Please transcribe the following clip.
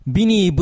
Bini